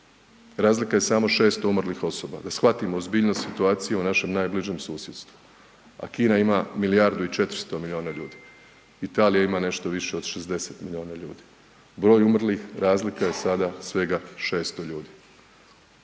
razlika je samo 6 umrlih osoba, da shvatimo ozbiljnost situacije u našem najbližem susjedstvu, a Kina ima milijardu i 400 milijuna ljudi, Italija ima nešto više od 60 milijuna ljudi, broj umrlih razlika je sada svega 600 ljudi.